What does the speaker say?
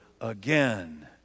again